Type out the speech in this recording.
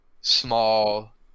small